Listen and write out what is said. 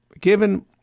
given